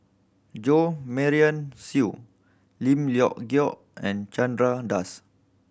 Jo Marion Seow Lim Leong Geok and Chandra Das